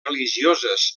religioses